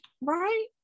right